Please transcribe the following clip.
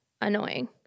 annoying